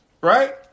Right